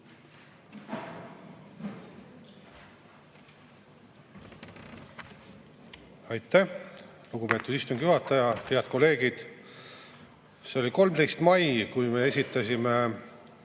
Aitäh, lugupeetud istungi juhataja! Head kolleegid! See oli 13. mai, kui me esitasime